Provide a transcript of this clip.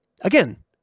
Again